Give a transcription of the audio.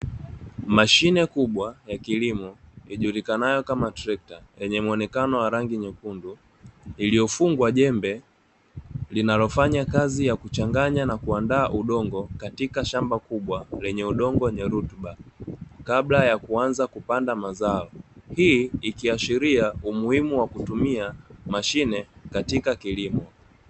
Mashine kubwa ya kilimo ijulikanayo kama trekta yenye muonekano wa rangi nyekundu, iliyofungwa jembe linalofanya kazi ya kuchanganya na kuandaa udongo katika shamba kubwa lenye udongo wenye rutuba. Kabla ya kuanza kupanda mazao, hii ikiashiria umuhimu wa kutumia mashine katika kilimo.